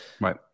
right